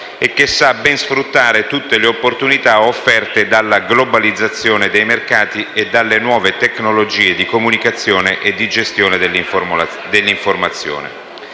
e che sa ben sfruttare tutte le opportunità offerte dalla globalizzazione dei mercati e delle nuove tecnologie di comunicazione e di gestione dell'informazione.